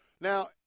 Now